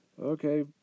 Okay